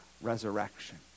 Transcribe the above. resurrection